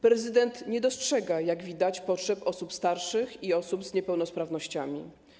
Prezydent nie dostrzega, jak widać, potrzeb osób starszych i osób z niepełnosprawnościami.